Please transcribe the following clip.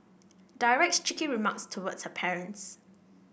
directs cheeky remarks towards her parents